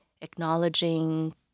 acknowledging